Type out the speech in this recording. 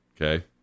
Okay